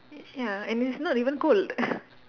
ya and it's not even cold